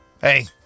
Hey